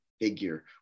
figure